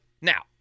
Now